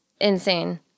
insane